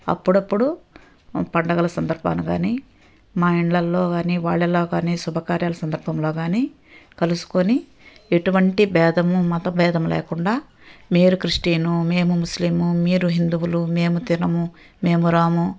అప్పుడప్పుడు పండగల సందర్భంగా కానీ మా ఇండ్లలో కానీ వాళ్ళలో కానీ శుభకార్యాలు సందర్భంలో కానీ కలుసుకొని ఎటువంటి బేధము మతబేధము లేకుండా మీరు క్రిస్టియన్ మేము ముస్లిమ్ మీరు హిందువులు మేము తినము మేము రాము